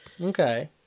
Okay